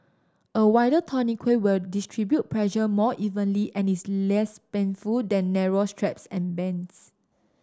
a wider tourniquet will distribute pressure more evenly and is less painful than narrow straps and bands